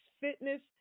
fitness